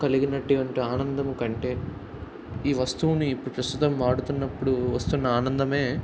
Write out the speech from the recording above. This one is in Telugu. కలిగినటువంటి ఆనందం కంటే ఈ వస్తువుని ప్రస్తుతం వాడుతున్నప్పుడు వస్తున్న ఆనందమే